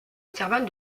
intervalle